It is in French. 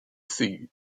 feuillus